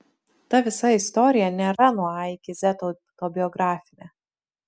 ta visa istorija nėra nuo a iki z autobiografinė